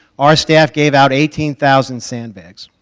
our staff gave out eighteen thousand sandbags,